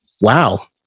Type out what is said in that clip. wow